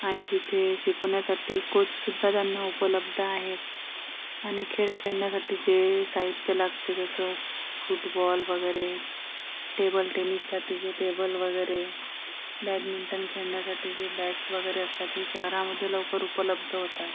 आणि तिथे शिकवण्यासाठी कोचसुद्धा त्यांना उपलब्ध आहे आणि खेळ खेळण्यासाठी जे साहित्य लागते जसं फुटबॉल वगैरे टेबल टेनिससाठी जे टेबल वगैरे बॅडमिंटन खेळण्यासाठी जे बॅट्स वगैरे असतात हे शहरामधे लवकर उपलब्ध होतात